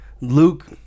Luke